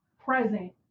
present